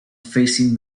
facing